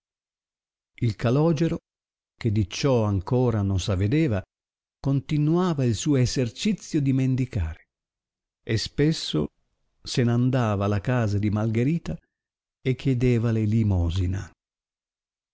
il calogero che di ciò ancora non s avedeva continuava il suo essercizio di mendicare e spesso se n andava alla casa di malgherita e chiedevale limosina malgherita